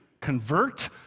convert